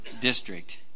District